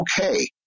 okay